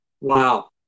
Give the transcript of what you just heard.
Wow